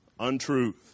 untruth